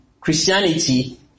Christianity